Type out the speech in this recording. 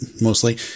mostly